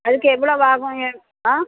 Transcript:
அதுக்கு எவ்ளோவு ஆகும் ஏ ஆ